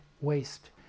waste